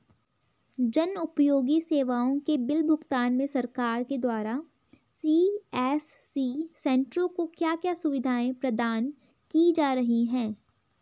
जन उपयोगी सेवाओं के बिल भुगतान में सरकार के द्वारा सी.एस.सी सेंट्रो को क्या क्या सुविधाएं प्रदान की जा रही हैं?